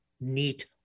neat